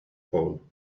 pole